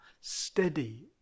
steady